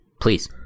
Please